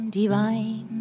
divine